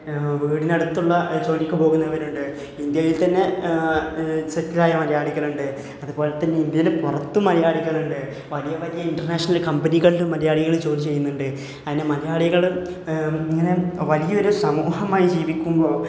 വീടിനടുത്തുള്ള ജോലിക്ക് പോകുന്നവരുണ്ട് ഇന്ത്യയിൽ തന്നെ സെറ്റിൽ ആയ മലയാളികളുണ്ട് അതുപോലെ തന്നെ ഇന്ത്യയിൽ പുറത്തും മലയാളികളുണ്ട് വലിയ വലിയ ഇ്റർനാഷണൽ കമ്പനികളിലും മലയാളികൾ ജോലി ചെയ്യുന്നുണ്ട് പിന്നെ മലയാളികൾ ഇങ്ങനെ വലിയൊരു സമൂഹമായി ജീവിക്കുമ്പോൾ